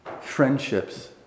friendships